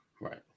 Right